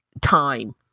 time